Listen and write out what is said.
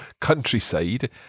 countryside